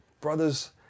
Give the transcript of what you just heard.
Brothers